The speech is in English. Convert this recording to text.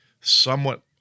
somewhat